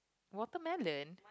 watermelon